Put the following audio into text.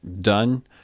done